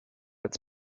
its